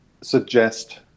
suggest